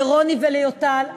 לרוני וליוטל,